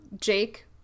Jake